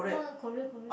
no no Korea Korea